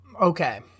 Okay